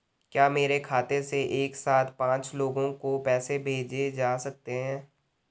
क्या मेरे खाते से एक साथ पांच लोगों को पैसे भेजे जा सकते हैं?